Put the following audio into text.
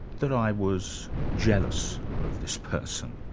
that i was jealous of this person.